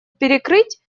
перекрыть